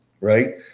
right